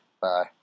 Bye